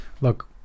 Look